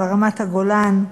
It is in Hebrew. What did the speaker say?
על רמת-הגולן.